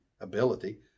ability